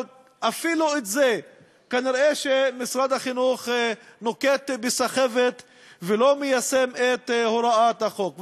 אבל אפילו בזה כנראה משרד החינוך נוקט סחבת ולא מיישם את הוראת החוק.